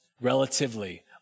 relatively